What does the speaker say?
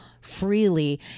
freely